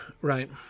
right